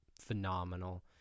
phenomenal